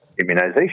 immunization